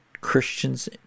Christians